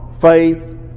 faith